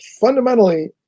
Fundamentally